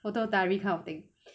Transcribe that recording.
photo diary kind of thing